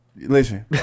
Listen